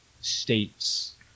states